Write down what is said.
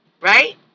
Right